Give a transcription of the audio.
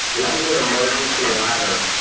this is an emergency ladder